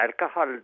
alcohol